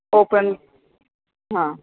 हो पण हा